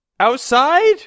Outside